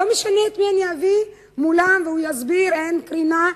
לא משנה את מי אני אביא מולם והוא יסביר שאין קרינה,